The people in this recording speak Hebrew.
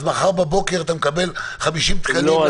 אז מחר בבוקר אתה מקבל 50 תקנים --- לא,